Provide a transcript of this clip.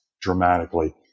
dramatically